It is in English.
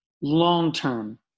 long-term